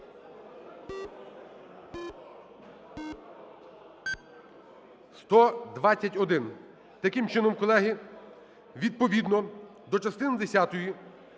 За-121 Таким чином, колеги, відповідно до частини